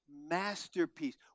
masterpiece